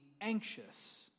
anxious